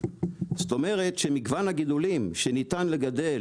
זאת אומרת שמגוון הגידולים שניתן לגדל